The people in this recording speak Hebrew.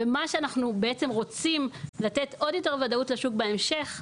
ומה שאנחנו בעצם רוצים לתת יורת וודאות לשוק בהמשך,